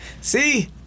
See